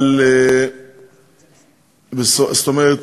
זאת אומרת,